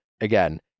again